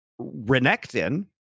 Renekton